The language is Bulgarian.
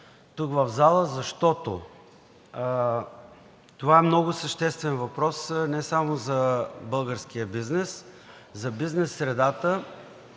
тук в залата, защото това е много съществен въпрос не само за българския бизнес, за бизнес средата,